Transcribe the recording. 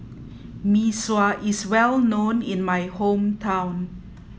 Mee Sua is well known in my hometown